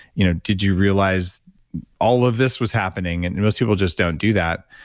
you know did you realize all of this was happening? and most people just don't do that.